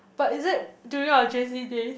but is it during our j_c day